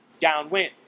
downwind